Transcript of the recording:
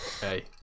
Hey